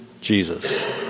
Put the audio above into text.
Jesus